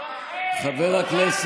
נוכל, נוכל,